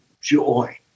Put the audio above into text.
joy